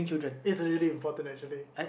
it's really important actually